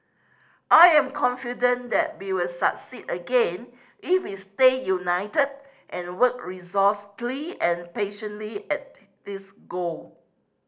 I am confident that we will succeed again if we stay united and work and patiently at this goal